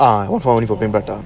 ah one for one is for plain prata